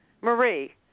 Marie